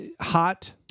hot